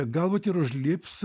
galbūt ir užlips